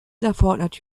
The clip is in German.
erfordert